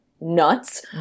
nuts